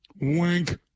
Wink